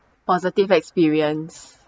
positive experience